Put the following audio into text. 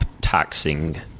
taxing